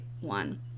one